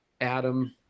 Adam